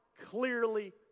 clearly